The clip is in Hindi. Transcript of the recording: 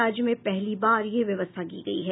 राज्य में पहली बार यह व्यवस्था की गयी है